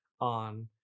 on